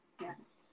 Yes